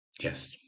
Yes